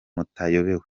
mutayobewe